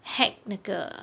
hack 那个